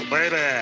Baby